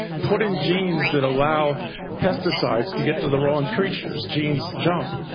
put in genes that allow pesticides to get to the wrong creatures, genes jump.